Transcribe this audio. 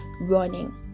running